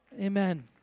Amen